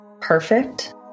perfect